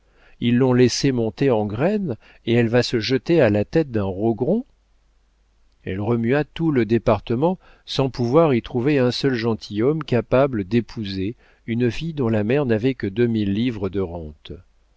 ils l'ont laissée monter en graine et elle va se jeter à la tête d'un rogron elle remua tout le département sans pouvoir y trouver un seul gentilhomme capable d'épouser une fille dont la mère n'avait que deux mille livres de rente